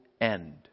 end